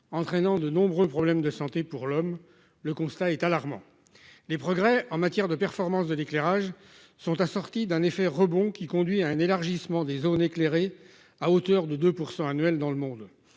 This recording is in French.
entraînant de nombreux problèmes de santé pour l'homme. Le constat est alarmant, les progrès en matière de performance de d'éclairage sont assorties d'un effet rebond qui conduit à un élargissement des zones éclairées à hauteur de 2% annuels dans le monde